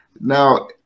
now